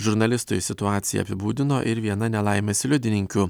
žurnalistui situaciją apibūdino ir viena nelaimės liudininkių